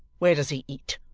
where does he eat?